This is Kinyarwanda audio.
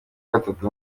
gatatu